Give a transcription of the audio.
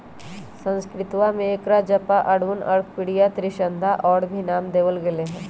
संस्कृतवा में एकरा जपा, अरुण, अर्कप्रिया, त्रिसंध्या और भी नाम देवल गैले है